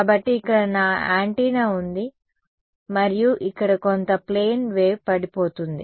కాబట్టి ఇక్కడ నా యాంటెన్నా ఉంది మరియు ఇక్కడ కొంత ప్లేన్ వేవ్ పడిపోతోంది